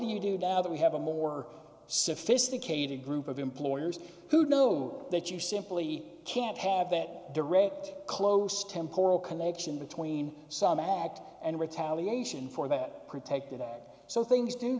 do you do now that we have a more sophisticated group of employers who know that you simply can't have that direct close temporal connection between some act and retaliation for that protected act so things do